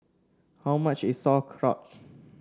how much is Sauerkraut